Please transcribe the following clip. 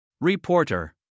Reporter